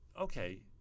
okay